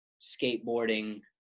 skateboarding